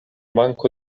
manko